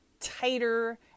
tighter